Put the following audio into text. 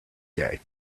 day